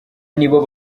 nibo